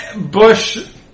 Bush